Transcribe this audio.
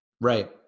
Right